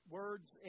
words